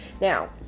Now